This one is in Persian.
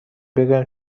بگویم